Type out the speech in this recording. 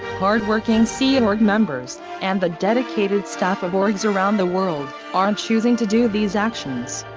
hardworking sea and org members and the dedicated staff of orgs around the world, aren't choosing to do these actions.